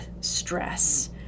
stress